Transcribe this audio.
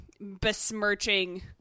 besmirching